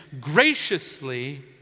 graciously